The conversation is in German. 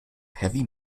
heavy